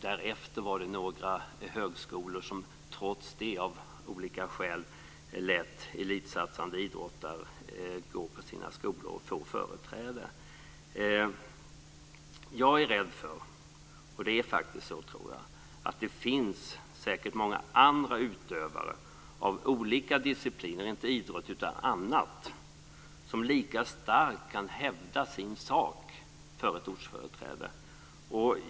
Därefter var det några högskolor som trots det av olika skäl lät elitsatsande idrottare få företräde till sina skolor. Jag tror säkert att det finns många andra utövare av olika discipliner, inte idrott utan annat, som lika starkt kan hävda sin sak för ett ortsföreträde.